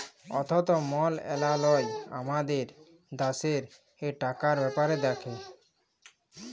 অথ্থ মলত্রলালয় আমাদের দ্যাশের টাকার ব্যাপার দ্যাখে